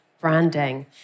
branding